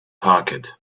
pocket